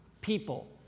people